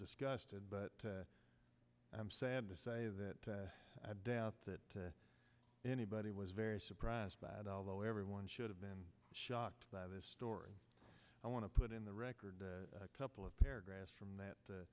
disgusted but i'm sad to say that i doubt that anybody was very surprised by it although everyone should have been shocked by this story i want to put in the record a couple of paragraphs from that